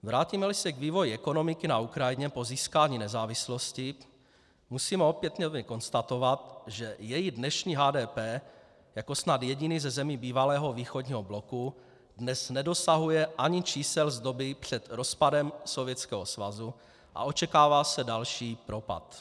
Vrátímeli se k vývoji ekonomiky na Ukrajině po získání nezávislosti, musíme opětovně konstatovat, že její dnešní HDP jako snad jediné ze zemí bývalého východního bloku dnes nedosahuje ani čísel z doby před rozpadem Sovětského svazu a očekává se další propad.